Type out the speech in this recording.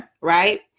Right